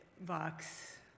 box